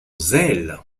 zèle